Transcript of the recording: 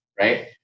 right